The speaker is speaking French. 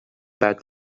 pas